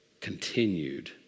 continued